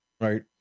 right